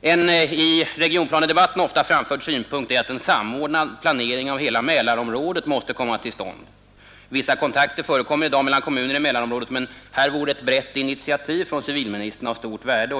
En i regionplanedebatten ofta framförd synpunkt är att en samordning av planeringen för hela Mälarområdet måste komma till stånd. Vissa kontakter förekommer i dag mellan kommuner i Mälarområdet, men här vore ett brett initiativ från civilministern av stort värde.